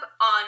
on